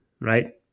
right